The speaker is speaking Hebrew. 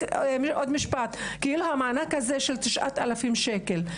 רק עוד משפט כאילו המענק הזה של 9,000 שקל,